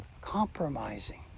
compromising